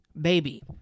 baby